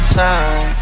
time